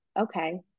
okay